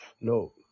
No